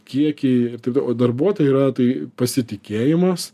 kiekiai ir taip toliau o darbuotojai yra tai pasitikėjimas